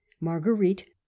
marguerite